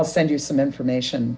i'll send you some information